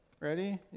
ready